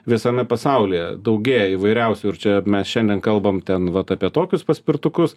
visame pasaulyje daugėja įvairiausių ir čia mes šiandien kalbam ten vat apie tokius paspirtukus